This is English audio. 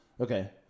Okay